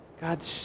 God